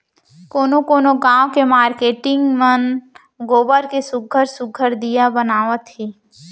कोनो कोनो गाँव के मारकेटिंग मन गोबर के सुग्घर सुघ्घर दीया बनावत हे